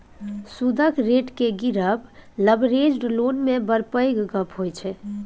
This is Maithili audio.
सुदक रेट केँ गिरब लबरेज्ड लोन मे बड़ पैघ गप्प होइ छै